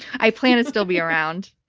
i plan to still be around.